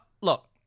look